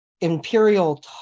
Imperial